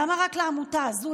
למה רק לעמותה הזאת?